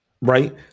Right